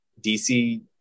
DC